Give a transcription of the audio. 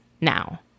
now